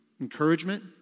encouragement